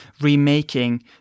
remaking